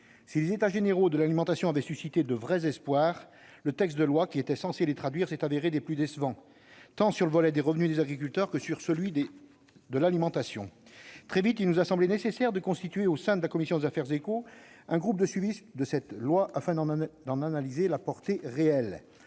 Si les États généraux de l'alimentation avaient suscité de vrais espoirs, le texte censé les traduire s'est avéré des plus décevants, sur les volets tant des revenus des agriculteurs que de l'alimentation. Très vite, il nous a semblé nécessaire de constituer, au sein de la commission des affaires économiques, un groupe de suivi de cette loi, afin d'en analyser la portée réelle.